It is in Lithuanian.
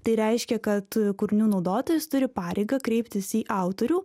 tai reiškia kad kūrinių naudotojas turi pareigą kreiptis į autorių